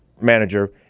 Manager